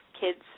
kids